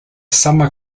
summer